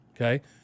Okay